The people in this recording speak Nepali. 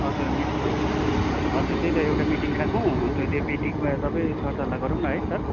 हजुर मिट हजुर त्यही त एउटा मिटिङ राखौँ अन्त त्यो मिटिङमा सब सर सल्लाह गरौँ न है सर